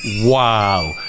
wow